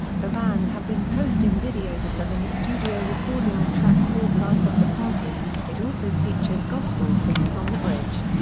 the band have been posting videos of them in the studio recording a track called life of the party, it also features gospel singers on the bridge.